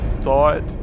thought